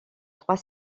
trois